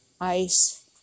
ice